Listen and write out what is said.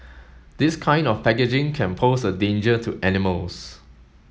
this kind of packaging can pose a danger to animals